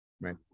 Right